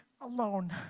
alone